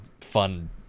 fun